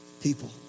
People